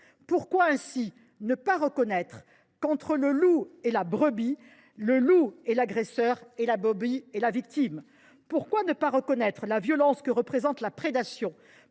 Pourquoi ne pas reconnaître qu’entre le loup et la brebis le loup est l’agresseur, et la brebis, la victime ? Pourquoi ne pas reconnaître la violence que représente la prédation